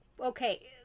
Okay